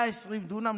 120 דונם,